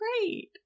great